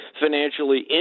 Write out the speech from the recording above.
financially